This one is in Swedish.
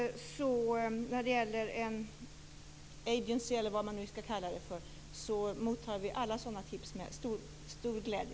När det gäller en agency, eller vad man nu skall kalla det för, mottar vi alla tips med stor glädje.